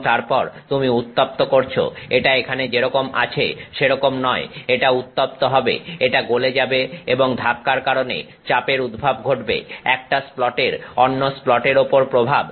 এবং তারপর তুমি উত্তপ্ত করছো এটা এখানে যেরকম আছে সেরকম নয় এটা উত্তপ্ত হবে এটা গলে যাবে এবং ধাক্কার কারণে চাপের উদ্ভব ঘটবে একটা স্প্লটের অন্য স্প্লটের উপর প্রভাব